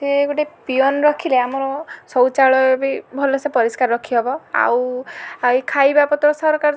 ସେ ଗୋଟିଏ ପିଅନ ରଖିଲେ ଆମର ଶୌଚାଳୟ ବି ଭଲ ସେ ପରିଷ୍କାର ରଖି ହବ ଆଉ ଏଇ ଖାଇବା ପତ୍ର ସରକାର